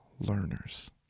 learners